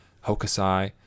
Hokusai